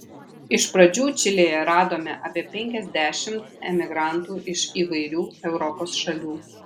iš pradžių čilėje radome apie penkiasdešimt emigrantų iš įvairių europos šalių